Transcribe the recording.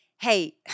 hey